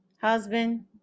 Husband